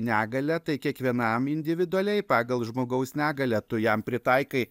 negalią tai kiekvienam individualiai pagal žmogaus negalią tu jam pritaikai